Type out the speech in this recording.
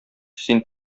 син